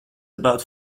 about